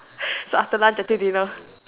so after nine thirty dinner